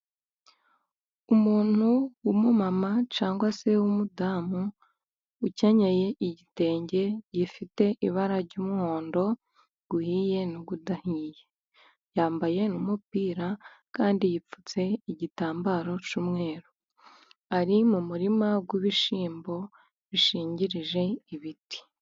Umuntu w'umumama cyangwa se w'umudamu, ukenyeye igitenge gifite ibara ry'umuhondo uhiye n'udahiye, yambaye umupira kandi yipfutse igitambaro cy'umweru, ari mu murima w'ibishyimbo bishingirije ibiti.